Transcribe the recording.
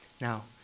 Now